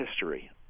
history